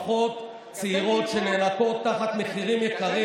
עוד לא הייתה